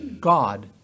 God